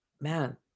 Man